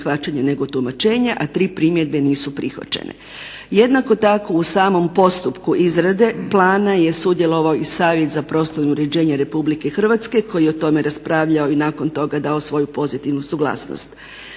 neprihvaćanja, nego tumačenja a tri primjedbe nisu prihvaćene. Jednako tako u samom postupku izrade plana je sudjelovao i Savjet za prostorno uređenje Republike Hrvatske koji je o tome raspravljao i nakon toga dao svoju pozitivnu suglasnost.